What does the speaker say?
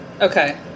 Okay